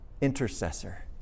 intercessor